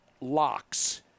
Locks